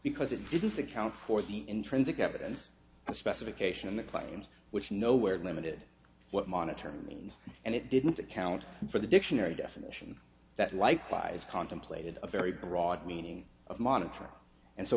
because it didn't account for the intrinsic evidence and specification of the claims which nowhere limited what monitor means and it didn't account for the dictionary definition that likewise contemplated a very broad meaning of monitoring and so